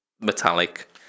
metallic